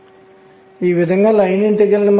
ఇది సమీపంలోని రేఖలుగా విభజించబడుతుంది